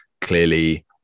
Clearly